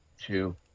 Two